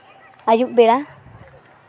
ᱟᱹᱭᱩᱵ ᱵᱮᱲᱟ